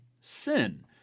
sin